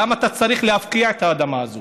למה אתה צריך להפקיע את האדמה הזאת?